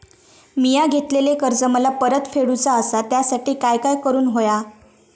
मिया घेतलेले कर्ज मला परत फेडूचा असा त्यासाठी काय काय करून होया?